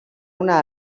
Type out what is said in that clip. una